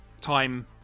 time